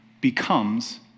becomes